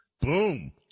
Boom